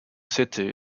city